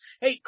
hey